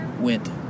went